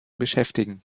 beschäftigen